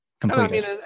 completed